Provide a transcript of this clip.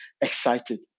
excited